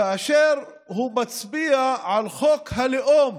כאשר הוא מצביע על חוק הלאום